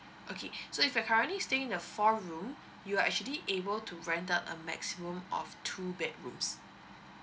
okay so if you're currently staying a four room you are actually able to rent out a maximum of two bedrooms